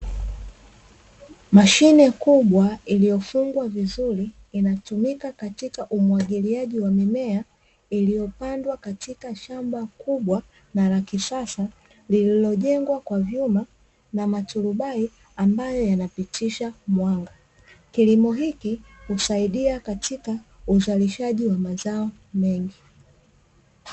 Mashine kubwa iliyofungwa vizuri inatumika katika umwagiliaji wa mimea iliyopandwa katika shamba kubwa na la kisasa lililojengwa kwa vyuma na maturubai ambayo yanapitisha mwanga, kilimo hiki husaidia katika uzalishaji wa mazao mengi.